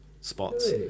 spots